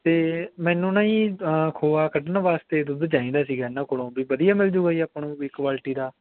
ਅਤੇ ਮੈਨੂੰ ਨਾ ਜੀ ਖੋਆ ਕੱਢਣ ਵਾਸਤੇ ਦੁੱਧ ਚਾਹੀਦਾ ਸੀਗਾ ਇਹਨਾਂ ਕੋਲੋਂ ਵੀ ਵਧੀਆ ਮਿਲ ਜੂਗਾ ਜੀ ਆਪਾਂ ਨੂੰ ਵੀ ਕੁਆਲਿਟੀ ਦਾ